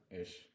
ish